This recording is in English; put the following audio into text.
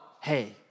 hey